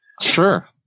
Sure